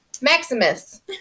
Maximus